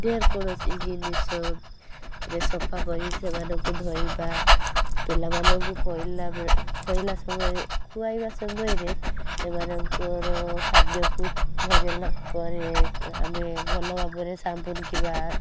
ଦିହରେ କୌଣସି ଜିନିଷ ରେ ସଫା କରି ସେମାନଙ୍କୁ ଧରିବା ପିଲାମାନଙ୍କୁ ଖୁଆଇଲା ଖୁଆଇଲା ସମୟରେ ଖୁଆଇବା ସମୟରେ ସେମାନଙ୍କର ଖାଦ୍ୟକୁ ଧରିଲା ପରେ ଆମେ ଭଲ ଭାବରେ ସାବୁନ କିମ୍ବା